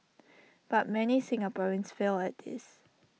but many Singaporeans fail at this